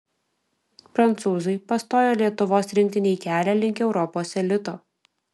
prancūzai pastojo lietuvos rinktinei kelią link europos elito